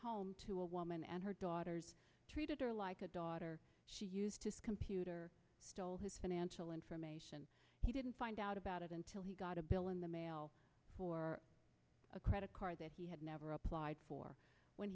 home to a woman and her daughters treated her like a daughter computer stole his financial information he didn't find out about it until he got a bill in the mail for a credit card that he had never applied for when